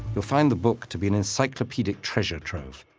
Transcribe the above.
you'll find the book to be an encyclopedic treasure trove.